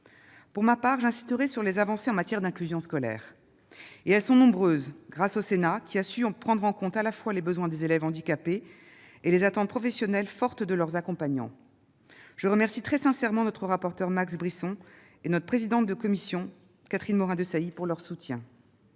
Pour ma part, j'insisterai sur les avancées en matière d'inclusion scolaire, lesquelles sont nombreuses, grâce au Sénat, qui a su prendre en compte à la fois les besoins des élèves handicapés et les attentes professionnelles fortes de leurs accompagnants. Je remercie très sincèrement notre rapporteur Max Brisson et la présidente de la commission Catherine Morin-Desailly de leur soutien